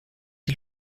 die